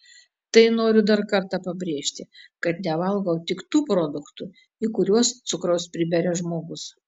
tai noriu dar kartą pabrėžti kad nevalgau tik tų produktų į kuriuos cukraus priberia žmogus